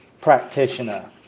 practitioner